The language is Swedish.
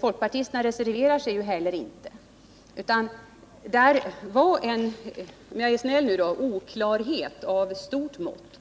Folkpartisterna reserverar sig inte heller. Det fanns i propositionen alltså —-om jag är snäll nu då —en oklarhet av stort mått.